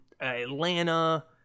Atlanta